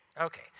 Okay